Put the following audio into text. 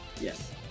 Yes